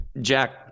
jack